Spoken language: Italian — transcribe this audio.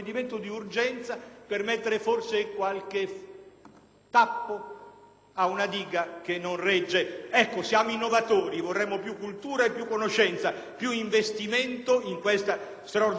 per mettere qualche tappo ad una diga che non regge. Siamo innovatori: vorremmo più cultura, più conoscenza e più investimenti in questa enorme novità